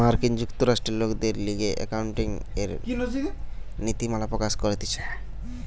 মার্কিন যুক্তরাষ্ট্রে লোকদের লিগে একাউন্টিংএর নীতিমালা প্রকাশ করতিছে